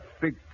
big